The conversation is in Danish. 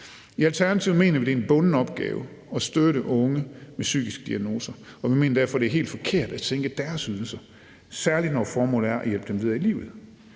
I Alternativet mener vi, det er en bunden opgave at støtte unge med psykiske diagnoser. Og vi mener derfor, det er helt forkert at sænke deres ydelser, særlig når formålet er at hjælpe dem videre i livet.